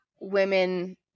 women